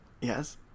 Yes